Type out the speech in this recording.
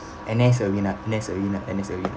N_S arina N_S arina N_S arina